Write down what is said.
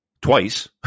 twice